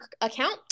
account